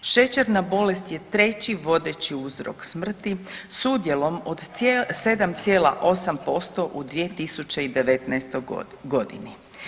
Šećerna bolest je treći vodeći uzrok smrti s udjelom od 7,8% u 2019. godini.